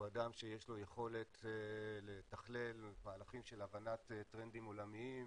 הוא אדם שיש לו יכולת לתכלל מהלכים של הבנת טרנדים עולמיים,